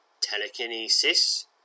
telekinesis